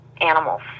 animals